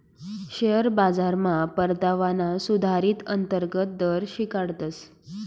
share बाजारमा परतावाना सुधारीत अंतर्गत दर शिकाडतस